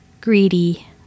greedy